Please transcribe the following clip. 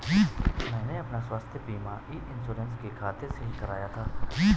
मैंने अपना स्वास्थ्य बीमा ई इन्श्योरेन्स के खाते से ही कराया था